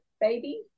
baby